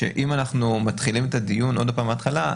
שאם אנחנו מתחילים את הדיון עוד פעם מהתחלה,